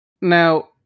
Now